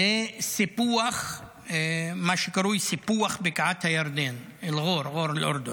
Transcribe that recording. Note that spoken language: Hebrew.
לסיפוח, מה שקרוי סיפוח בקעת הירדן (אומר בערבית).